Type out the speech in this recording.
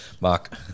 Mark